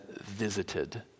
visited